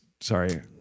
sorry